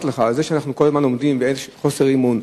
לך מזה שאנחנו כל הזמן עומדים באיזשהו חוסר אמון,